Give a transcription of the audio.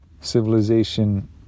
civilization